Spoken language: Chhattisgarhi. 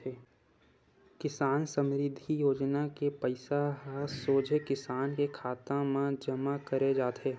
किसान समरिद्धि योजना के पइसा ह सोझे किसान के खाता म जमा करे जाथे